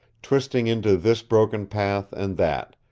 twisting into this broken path and that,